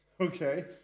okay